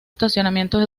establecimientos